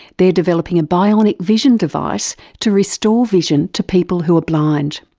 they're developing a bionic vision device to restore vision to people who are blind.